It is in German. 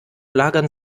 lagern